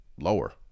lower